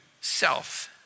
self